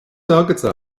agatsa